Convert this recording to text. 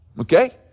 Okay